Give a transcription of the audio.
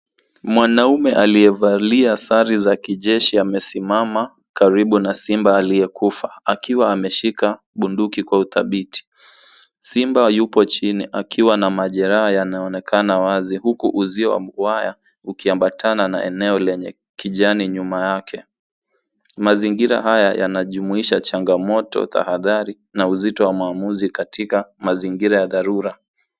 Mwanaume aliyevalia sare za kijeshi amesimama karibu na simba aliyekufa akiwa ameshika bunduki kwa udhabiti. Simba yupo chini akiwa na majeraha yanayoonekana wazi huku uzi wa muwaya ukiambatana na eneo lenye kijani nyuma yake. Mazingira haya yanajumuisha changamoto, tahadhari na uzito wa maamuzi katika dharura.